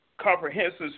Comprehensive